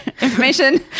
information